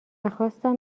خواستم